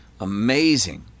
amazing